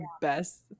best